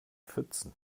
pfützen